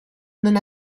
non